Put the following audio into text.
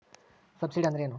Subsidy ಅಂದ್ರೆ ಏನು?